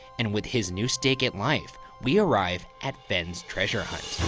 and with his new stake at life, we arrive at fenn's treasure hunt.